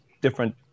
different